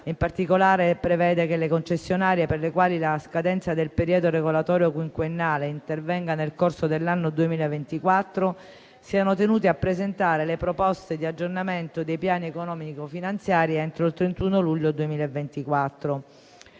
in particolare, prevede che le concessionarie, per le quali la scadenza del periodo regolatorio quinquennale intervenga nel corso dell'anno 2024, siano tenute a presentare le proposte di aggiornamento dei piani economico-finanziari entro il 31 luglio 2024.